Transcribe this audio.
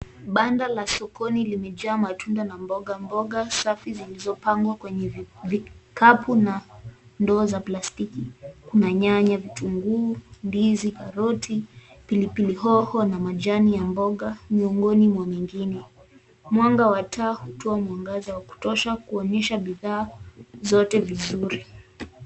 Banda la sokoni limejaa matunda na mboga mboga safi zilizopangwa kwenye vikapu na ndoo za plastiki. Kuna nyanya, vitunguu, ndizi, karoti, pilipili hoho na majani ya mboga miongoni mwa mingine. Mwanga wa taa hutoa mwangaza wa kutosha kuonyesha bidhaa zote vizuri.